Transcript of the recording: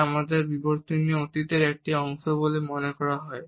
যা আমাদের বিবর্তনীয় অতীতের একটি অংশ বলে মনে করা হয়